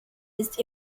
ist